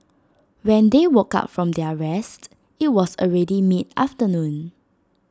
when they woke up from their rest IT was already mid afternoon